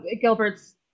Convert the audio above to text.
Gilbert's